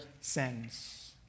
sends